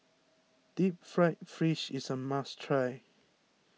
Deep Fried Fish is a must try